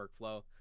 workflow